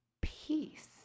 peace